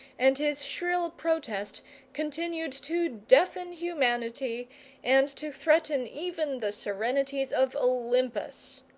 and his shrill protest continued to deafen humanity and to threaten even the serenities of olympus.